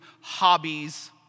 hobbies